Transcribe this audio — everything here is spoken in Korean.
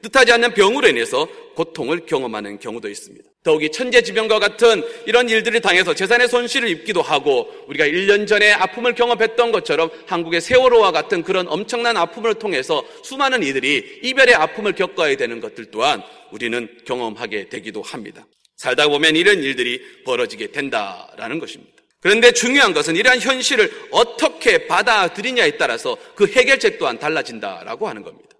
뜻하지 않는 병으로 인해서 고통을 경험하는 경우도 있습니다. 더욱이 천재지변과 같은 이런 일들을 당해서 재산의 손실을 입기도 하고 우리가 일 년 전에 아픔을 경험했던 것처럼 한국의 세월호와 같은 그런 엄청난 아픔을 통해서 수많은 이들이 이별의 아픔을 겪어야 되는 것들 또한 우리는 경험하게 되기도 합니다. 살다 보면 이런 일들이 벌어지게 된다라는 것입니다. 그런데 중요한 것은 이러한 현실을 어떻게 받아들이냐에 따라서 그 해결책 또한 달라진다라고 하는 겁니다.